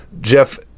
Jeff